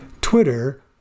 Twitter